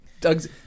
Doug's